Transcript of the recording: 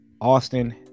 Austin